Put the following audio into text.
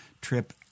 trip